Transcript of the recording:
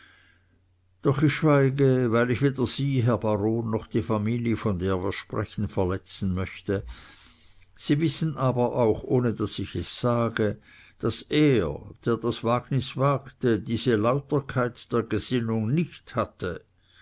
doch ich schweige weil ich weder sie herr baron noch die familie von der wir sprechen verletzen möchte sie wissen aber auch ohne daß ich es sage daß er der das wagnis wagte diese lauterkeit der gesinnung nicht hatte